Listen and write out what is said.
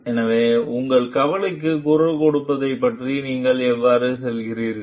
எனவே உங்கள் கவலைக்கு குரல் கொடுப்பதைப் பற்றி நீங்கள் எவ்வாறு செல்கிறீர்கள்